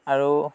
আৰু